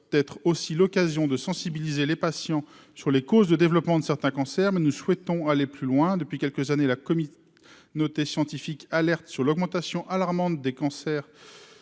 aussi l'occasion de sensibiliser les patients sur les causes de développement de certains cancers, mais nous souhaitons aller plus loin : depuis quelques années, la commission scientifiques alertent sur l'augmentation alarmante des cancers